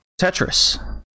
Tetris